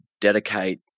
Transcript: dedicate